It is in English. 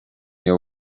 your